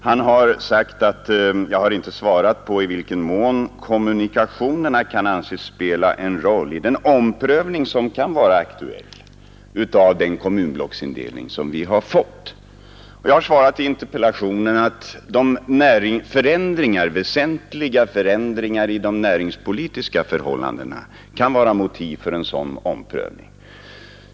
Han har sagt att jag inte svarat på i vilken mån kommunikationerna kan anses spela en roll i den omprövning som kan vara aktuell efter den kommunblocksindelning som vi har fått. Jag har svarat i interpellationen att väsentliga förändringar i de näringspolitiska förhållandena kan vara motiv för en sådan omprövning.